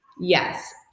Yes